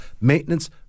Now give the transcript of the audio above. maintenance